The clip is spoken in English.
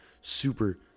super